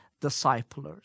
disciples